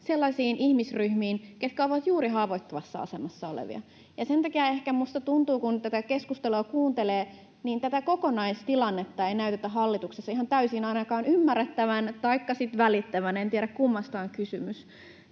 sellaisiin ihmisryhmiin, ketkä ovat juuri haavoittuvassa asemassa olevia. Sen takia ehkä tuntuu, kun tätä keskustelua kuuntelee, että tätä kokonaistilannetta ei näytetä hallituksessa ainakaan ihan täysin ymmärrettävän taikka sitten välitettävän siitä — en tiedä, kummasta on kysymys.